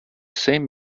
same